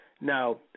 Now